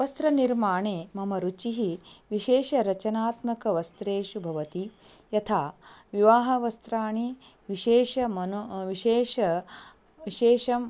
वस्त्रनिर्माणे मम रुचिः विशेषरचनात्मकवस्त्रेषु भवति यथा विवाहवस्त्राणि विशेष मनो विशेष विशेषम्